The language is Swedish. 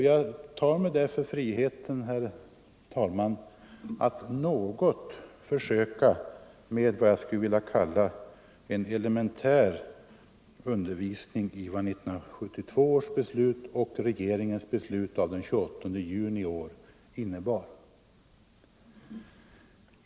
Jag tar mig därför friheten, herr talman, att något försöka med vad jag skulle vilja kalla en elementär undervisning i vad 1972 års beslut och regeringens beslut av den 28 juni i år innebär.